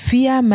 Via